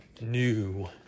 new